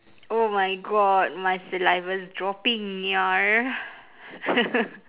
oh my god my saliva's dropping [nia]